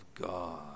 God